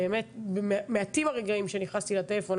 מעטים הרגעים שנכנסתי לטלפון,